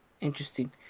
Interesting